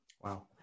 Wow